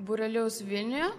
būrelius vilniuje